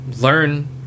learn